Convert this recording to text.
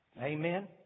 Amen